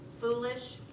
foolish